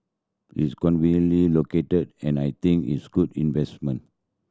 it's conveniently located and I think it's good investment